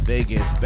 Vegas